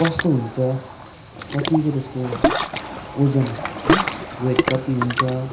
कस्तो हुन्छ कतिको त्यसको ओजन है वेट कति हुन्छ